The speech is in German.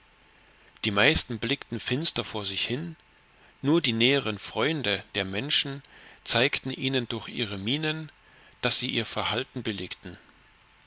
die meisten blickten finster vor sich hin nur die näheren freunde der menschen zeigten ihnen durch ihre mienen daß sie ihr verhalten